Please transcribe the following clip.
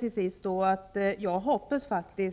Till sist hoppas jag